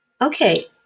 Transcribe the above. Okay